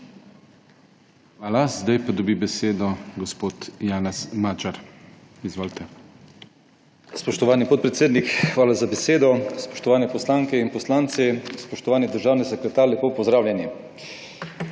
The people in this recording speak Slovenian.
Hvala. Zdaj pa dobi besedo gospod Janez Magyar. Izvolite. JANEZ MAGYAR (PS SDS): Spoštovani podpredsednik, hvala za besedo. Spoštovane poslanke in poslanci, spoštovani državni sekretar, lepo pozdravljeni!